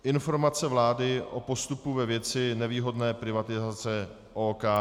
Informace vlády o postupu ve věci nevýhodné privatizace OKD